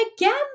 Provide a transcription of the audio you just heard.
Again